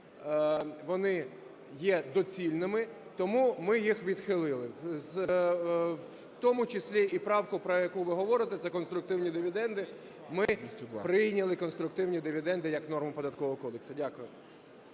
вони є доцільними. Тому ми їх відхилили, в тому числі і правку, про яку ви говорите - це конструктивні дивіденди, - си прийняли конструктивні дивіденди як норму Податкового кодексу. Дякую.